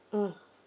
mm